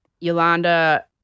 Yolanda